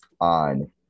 on